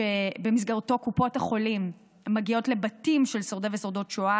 שבמסגרתו קופות החולים מגיעות לבתים של שורדי ושורדות שואה